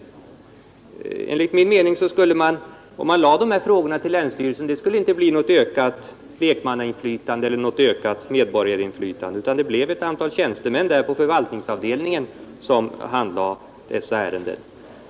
Om man lät dessa ärenden handläggas på länsstyrelsen, skulle det enligt min mening inte bli något ökat lekmannainflytande eller medborgarinflytande, utan det skulle bli ett antal tjänstemän där på förvaltningsavdelningen som skulle handlägga ärendena.